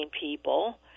people